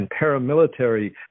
paramilitary